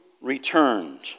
returned